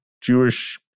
Jewish